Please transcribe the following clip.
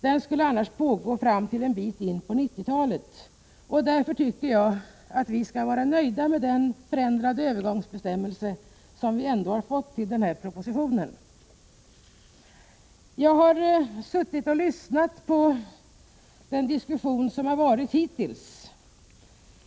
Den skulle annars pågå till en bit in på 1990-talet. Därför tycker jag att vi skall vara nöjda med den förändrade övergångsbestämmelse som vi ändå har fått i jämförelse med propositionen. Jag har suttit och lyssnat på den diskussion som förts.